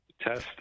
test